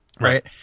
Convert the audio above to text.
Right